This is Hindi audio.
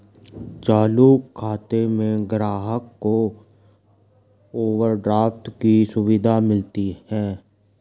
चालू खाता में ग्राहक को ओवरड्राफ्ट की सुविधा मिलती है